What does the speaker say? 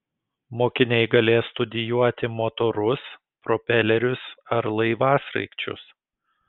mokiniai galės studijuoti motorus propelerius ar laivasraigčius